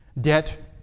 Debt